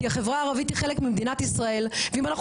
כי החברה הערבית היא חלק ממדינת ישראל ואם אנחנו